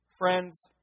Friends